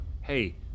hey